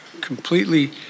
completely